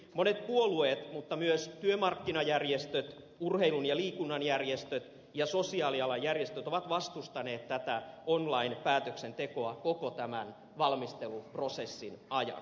monet puolueet mutta myös työmarkkinajärjestöt urheilun ja liikunnan järjestöt ja sosiaalialan järjestöt ovat vastustaneet tätä online päätöksentekoa koko tämän valmisteluprosessin ajan